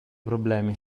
problemi